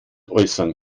äußern